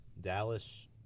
Dallas